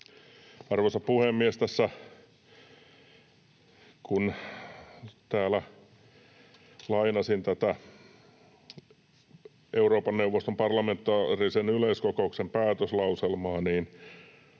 Arvoisa puhemies! Kun täällä lainasin tätä Euroopan neuvoston parlamentaarisen yleiskokouksen päätöslauselmaa,